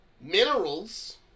minerals